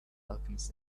alchemist